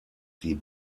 die